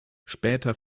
später